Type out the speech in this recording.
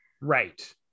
Right